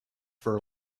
for